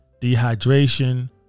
dehydration